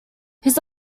his